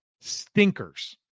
stinkers